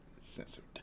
censored